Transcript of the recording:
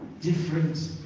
different